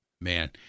Man